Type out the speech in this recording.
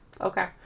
Okay